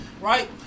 Right